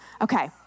Okay